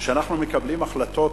ואנחנו מקבלים החלטות